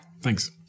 thanks